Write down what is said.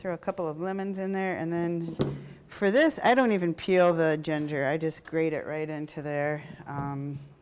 through a couple of womens in there and then for this i don't even peel the gender i disgraced it right into their